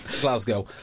Glasgow